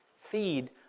Feed